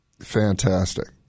Fantastic